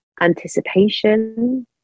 anticipation